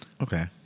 Okay